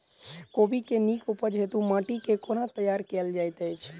कोबी केँ नीक उपज हेतु माटि केँ कोना तैयार कएल जाइत अछि?